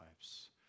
lives